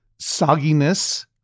sogginess